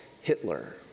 Hitler